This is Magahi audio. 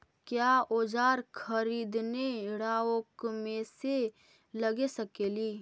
क्या ओजार खरीदने ड़ाओकमेसे लगे सकेली?